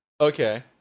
Okay